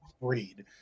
read